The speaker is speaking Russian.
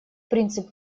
принцип